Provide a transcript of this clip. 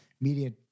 media